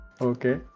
Okay